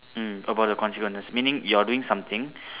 mm about the consequences meaning you're doing something